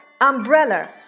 umbrella